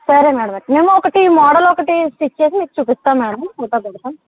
సరే మేడమ్ మేము ఒకటి మోడల్ ఒకటి స్టిచ్ చేసి మీకు చూపిస్తాం మేడమ్ ఫోటో పెడతాం